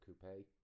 coupe